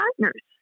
partners